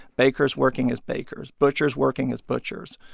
bakers working as bakers, butchers working as butchers,